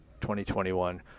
2021